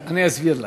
לא, אני אסביר לך: